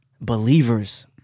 believers